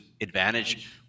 advantage